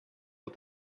but